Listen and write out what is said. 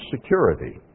security